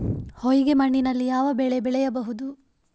ಹೊಯ್ಗೆ ಮಣ್ಣಿನಲ್ಲಿ ಯಾವ ಬೆಳೆ ಬೆಳೆಯಬಹುದು?